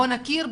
בוא נכיר,